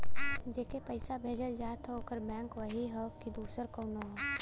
जेके पइसा भेजल जात हौ ओकर बैंक वही हौ कि दूसर कउनो हौ